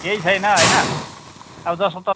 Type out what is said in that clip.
केही छैन होइन अब जसोतसो